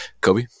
Kobe